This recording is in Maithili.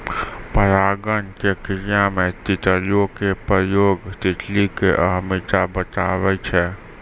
परागण के क्रिया मे तितलियो के प्रयोग तितली के अहमियत बताबै छै